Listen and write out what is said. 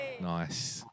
Nice